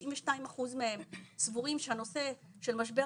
92 אחוזים מהם סבורים שהנושא של משבר